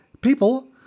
People